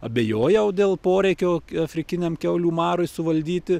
abejojau dėl poreikio afrikiniam kiaulių marui suvaldyti